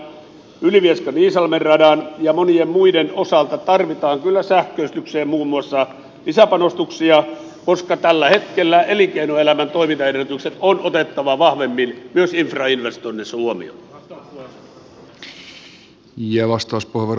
ylivieskaiisalmi radan ja monien muiden osalta tarvitaan kyllä lisäpanostuksia muun muassa sähköistykseen koska tällä hetkellä elinkeinoelämän toimintaedellytykset on otettava vahvemmin myös infrainvestoinneissa huomioon